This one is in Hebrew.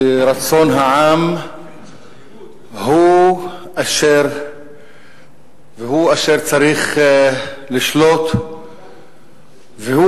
שרצון העם הוא אשר צריך לשלוט והוא